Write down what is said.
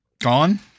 gone